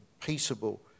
Peaceable